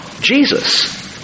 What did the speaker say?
Jesus